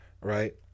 right